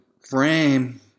frame